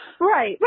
Right